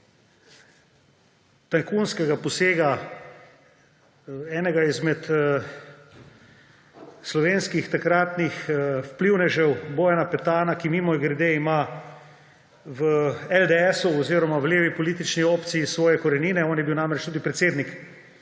tajkunskega posega enega izmed slovenskih takratnih vplivnežev Bojana Petana, ki, mimogrede, ima v LDS-u oziroma v levi politični opciji svoje korenine. On je bil namreč tudi predsednik